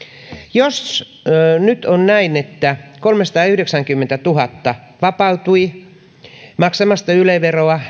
jos nyt on näin että kolmesataayhdeksänkymmentätuhatta vapautui maksamasta yle veroa